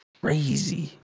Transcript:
crazy